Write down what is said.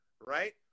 right